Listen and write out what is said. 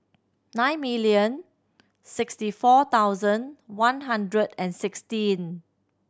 nine million sixty four thousand one hundred and sixteen